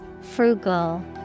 Frugal